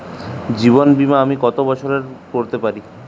জীবন বীমা আমি কতো বছরের করতে পারি?